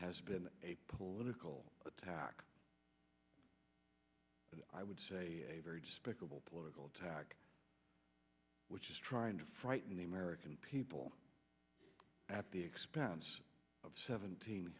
has been a political attack and i would say a very despicable political attack which is trying to frighten the american people at the expense of seventeen